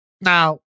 Now